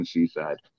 Seaside